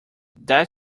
that